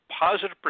Positive